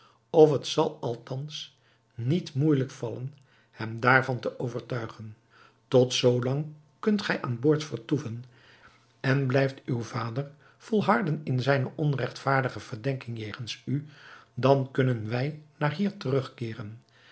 of het zal althans niet moeijelijk vallen hem daarvan te overtuigen tot zoolang kunt gij aan boord vertoeven en blijft uw vader volharden in zijne onregtvaardige verdenking jegens u dan kunnen wij naar hier terugkeeren